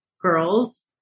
girls